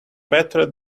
better